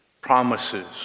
promises